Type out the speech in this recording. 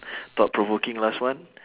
thought-provoking last one